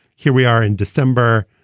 here we are in december.